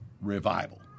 revival